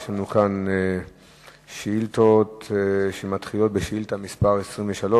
יש לנו כאן שאילתות שמתחילות בשאילתא מס' 23,